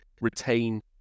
retain